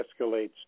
escalates